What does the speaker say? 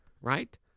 right